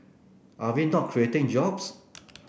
are we not creating jobs